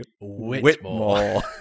Whitmore